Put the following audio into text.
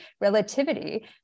Relativity